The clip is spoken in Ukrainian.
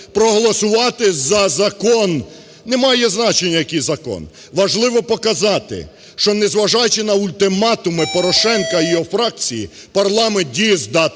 проголосувати за закон, немає значення, який закон. Важливо показати, що, незважаючи на ультиматуми Порошенка і його фракції, парламент дієздатний,